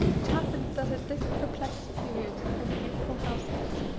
it happened that at this perplexed period in the youthful household,